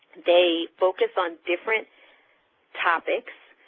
they focus on different topics.